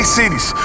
cities